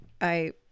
I-